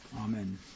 Amen